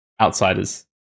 Outsiders